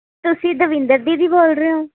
ਤੁਸੀਂ ਦਵਿੰਦਰ ਦੀਦੀ ਬੋਲ ਰਹੇ ਹੋ